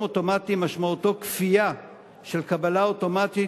כך נראה כי רישום אוטומטי משמעותו כפייה של קבלה אוטומטית